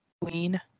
Queen